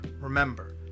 Remember